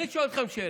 אני שואל אתכם שאלה: